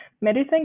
medicine